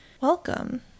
Welcome